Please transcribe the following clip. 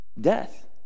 death